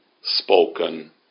spoken